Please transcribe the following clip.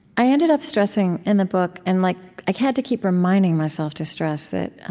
i ended up stressing, in the book, and like i had to keep reminding myself to stress that